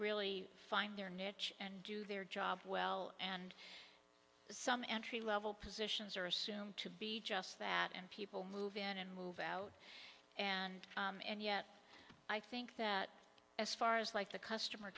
really find their niche and do their job well and some entry level positions are assumed to be just that and people move in and move out and yet i think that as far as like the customer